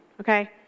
Okay